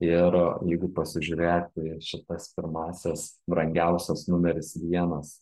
ir jeigu pasižiūrėti į šitas pirmąsias brangiausias numeris vienas